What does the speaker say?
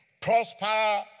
prosper